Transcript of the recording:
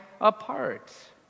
apart